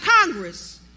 Congress